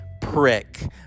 prick